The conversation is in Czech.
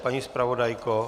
Paní zpravodajko?